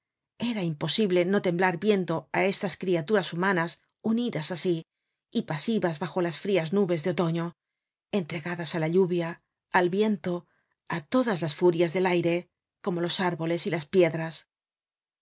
era imposible no temblar viendo á estas criaturas humanas unidas asi y pasivas bajo las frias nubes de otoño entregadas á la lluvia al viento á todos las furias del aire como los árboles y las piedras